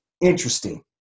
Interesting